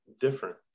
different